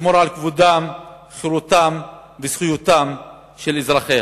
לשמור על כבודם, חירותם וזכויותיהם של אזרחיה.